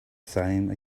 same